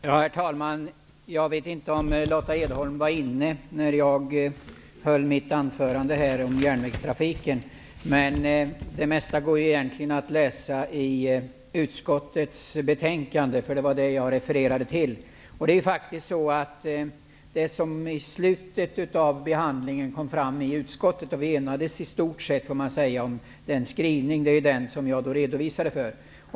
Herr talman! Jag vet inte om Lotta Edholm var i kammaren när jag höll mitt anförande om järnvägstrafiken. Men det mesta går ju att läsa i utskottets betänkande, eftersom det var detta som jag refererade till. Vi enades i utskottet i stort sett om den skrivning som kom fram i slutet av behandlingen, och det är den som jag har redovisat.